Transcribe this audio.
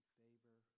favor